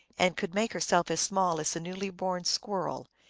and could make herself as small as a newly born squirrel,